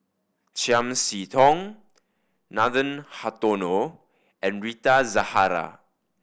Chiam See Tong Nathan Hartono and Rita Zahara